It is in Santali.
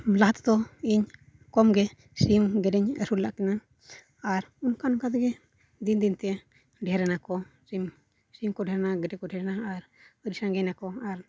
ᱞᱟᱦᱟ ᱛᱮᱫᱚ ᱤᱧ ᱠᱚᱢᱜᱮ ᱥᱤᱢ ᱜᱮᱰᱮᱧ ᱟᱹᱥᱩᱞ ᱞᱟᱜ ᱠᱤᱱᱟ ᱟᱨ ᱚᱱᱠᱟ ᱚᱱᱠᱟᱛᱮᱜᱮ ᱫᱤᱱᱼᱫᱤᱱᱛᱮ ᱰᱷᱮᱨ ᱮᱱᱟᱠᱚ ᱥᱤᱢ ᱥᱤᱢᱠᱚ ᱰᱷᱮᱨᱮᱱᱟ ᱜᱮᱰᱮᱠᱚ ᱰᱷᱮᱨᱮᱱᱟ ᱟᱨ ᱟᱹᱰᱤ ᱥᱟᱸᱜᱮᱭ ᱮᱱᱟᱠᱚ ᱟᱨ